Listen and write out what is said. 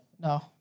No